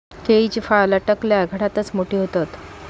केळीची फळा लटकलल्या घडातच मोठी होतत